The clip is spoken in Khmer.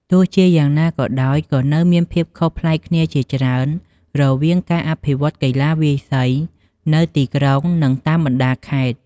ទោះជាយ៉ាងណាក៏ដោយ ក៏នៅមានភាពខុសប្លែកគ្នាជាច្រើន រវាងការអភិវឌ្ឍន៍កីឡាវាយសីនៅទីក្រុង និងតាមបណ្ដាខេត្ត។